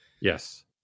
yes